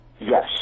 Yes